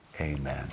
amen